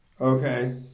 okay